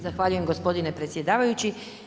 Zahvaljujem gospodine predsjedavajući.